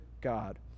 God